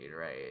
right